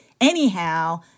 anyhow